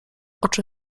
oczy